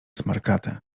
smarkate